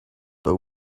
but